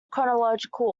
chronological